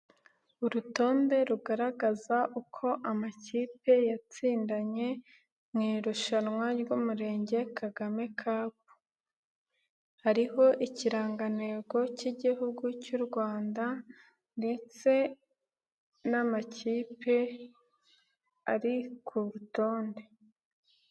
Urutonde rugaragaza uko amakipe yatsindanye mu irushanwa ry'Umurenge Kagame kapu, hariho ikirangantego cy'Igihugu cy'u Rwanda ndetse n'amakipe ari ku rutonde.